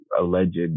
alleged